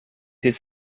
his